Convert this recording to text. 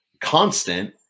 constant